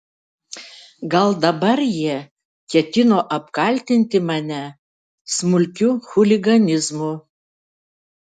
gal dabar jie ketino apkaltinti mane smulkiu chuliganizmu